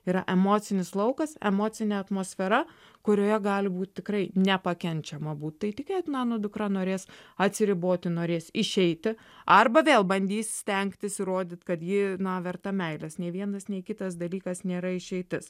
yra emocinis laukas emocinė atmosfera kurioje gali būti tikrai nepakenčiama būt tai tikėtina dukra norės atsiriboti norės išeiti arba vėl bandys stengtis įrodyt kad ji verta meilės nei vienas nei kitas dalykas nėra išeitis